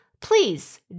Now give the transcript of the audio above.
please